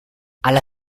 alla